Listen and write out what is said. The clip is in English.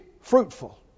fruitful